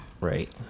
right